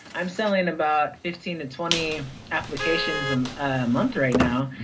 i'm selling about fifteen to twenty applications um a month right now,